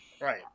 right